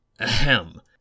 Ahem